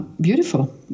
beautiful